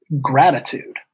gratitude